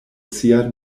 sia